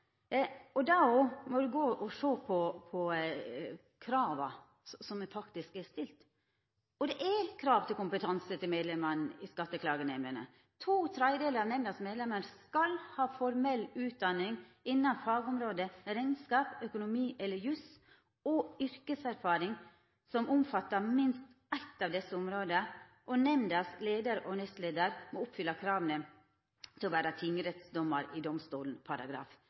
måte. Da må ein sjå på krava som faktisk er stilte. Det er krav til kompetanse til medlemmene i skatteklagenemndene. To tredelar av medlemmene i nemnda skal ha formell utdanning innanfor fagområdet rekneskap, økonomi eller jus og yrkeserfaring som omfattar minst eitt av desse områda. Leiaren og nestleiaren i nemnda må oppfylla krava til å vera tingrettsdommar, jf. § 54 i